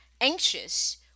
anxious